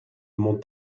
mon